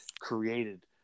created